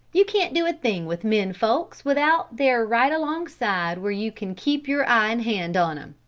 you can't do a thing with men folks without they're right alongside where you can keep your eye and hand on em.